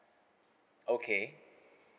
okay